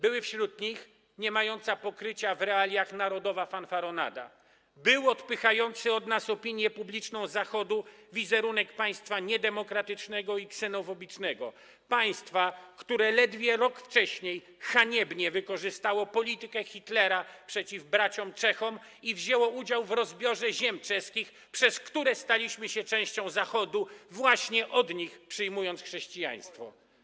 Były wśród nich niemająca pokrycia w realiach narodowa fanfaronada, odpychający od nas opinię publiczną Zachodu wizerunek państwa niedemokratycznego i ksenofobicznego, państwa, które ledwie rok wcześniej haniebnie wykorzystało politykę Hitlera przeciw braciom Czechom i wzięło udział w rozbiorze ziem czeskich, przez które staliśmy się częścią Zachodu, właśnie od nich przyjmując chrześcijaństwo.